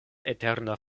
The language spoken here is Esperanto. eterna